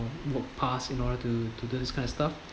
work pass in order to do this kind of stuff